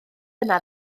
yna